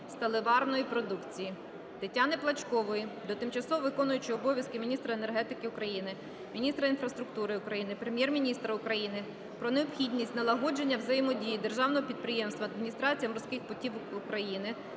сталеливарної продукції. Тетяни Плачкової до тимчасово виконуючої обов'язки міністра енергетики України, міністра інфраструктури України, Прем'єр-міністра України про необхідність налагодження взаємодії державного підприємства "Адміністрація морських портів України"